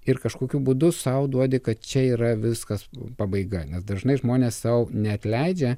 ir kažkokiu būdu sau duodi kad čia yra viskas pabaiga nes dažnai žmonės sau neatleidžia